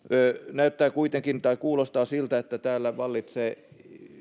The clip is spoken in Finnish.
näyttää kuitenkin tai kuulostaa siltä että täällä vallitsee